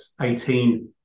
18